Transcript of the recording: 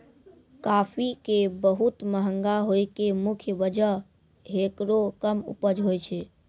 काफी के बहुत महंगा होय के मुख्य वजह हेकरो कम उपज होय छै